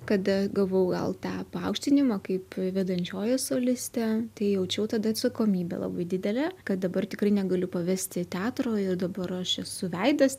kada gavau gal tą paaukštinimą kaip vedančioji solistė tai jaučiau tada atsakomybę labai didelę kad dabar tikrai negaliu pavesti teatro ir dabar aš esu veidas